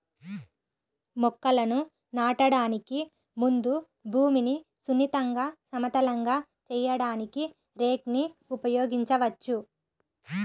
మొక్కలను నాటడానికి ముందు భూమిని సున్నితంగా, సమతలంగా చేయడానికి రేక్ ని ఉపయోగించవచ్చు